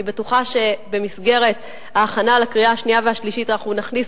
אני בטוחה שבמסגרת ההכנה לקריאה השנייה והשלישית אנחנו נכניס